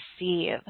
receive